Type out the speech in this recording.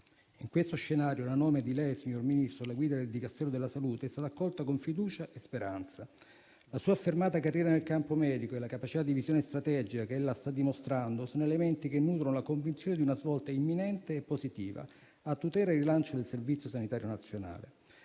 In questo scenario la nomina di lei, signor Ministro, alla guida del Dicastero della salute è stata accolta con fiducia e speranza. La sua affermata carriera nel campo medico e la capacità di visione strategica che ella sta dimostrando sono elementi che nutrono la convinzione di una svolta imminente e positiva, a tutela e rilancio del Servizio sanitario nazionale.